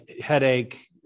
headache